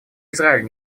израиль